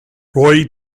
roy